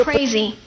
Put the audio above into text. Crazy